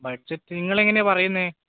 budget നിങ്ങളെങ്ങനെയാണ് പറയുന്നത്